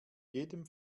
jedem